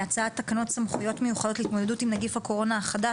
הצעת תקנות סמכויות מיוחדות להתמודדות עם נגיף הקורונה החדש,